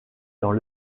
dans